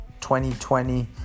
2020